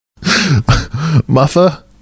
muffa